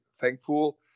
thankful